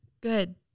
Good